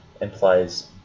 implies